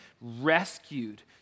rescued